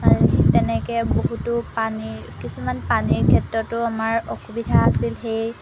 তেনেকৈ বহুতো পানী কিছুমান পানীৰ ক্ষেত্ৰতো আমাৰ অসুবিধা আছিল সেই